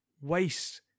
waste